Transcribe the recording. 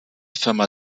firma